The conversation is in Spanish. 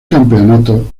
campeonato